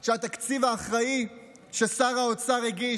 של התקציב האחראי ששר האוצר הגיש,